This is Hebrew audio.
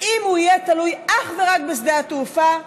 אם הוא יהיה תלוי אך ורק בשדה התעופה בן-גוריון.